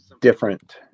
different